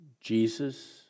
Jesus